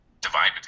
divide